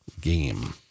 game